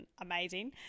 amazing